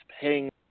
paying